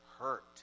hurt